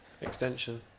extension